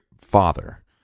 father